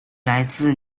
来自